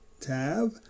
tab